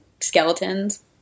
skeletons –